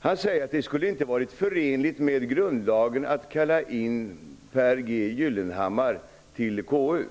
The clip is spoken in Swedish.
Han säger att det inte skulle varit förenligt med grundlagen att kalla in Pehr G. Gyllenhammar till KU.